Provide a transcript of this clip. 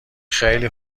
خیلی